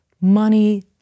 money